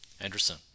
Anderson